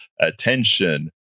attention